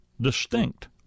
distinct